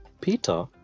peter